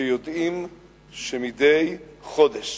שיודעים שמדי חודש